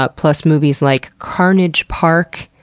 but plus movies like carnage park,